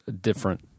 different